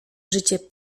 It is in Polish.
życie